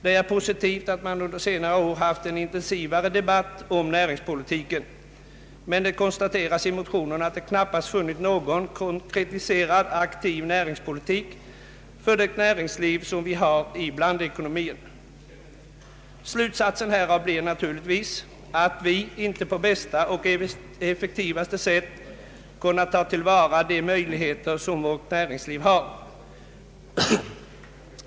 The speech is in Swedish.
Det är positivt att man under senare år har haft en mer intensiv debatt om näringspolitiken, men det konstateras i motionerna att det knappast funnits någon konkretiserad aktiv näringspolitik för det närings liv som vi har i blandekonomin. Slutsatsen härav blir naturligtvis att vi inte på bästa och effektivaste sätt kunnat ta till vara de möjligheter som vårt näringsliv har.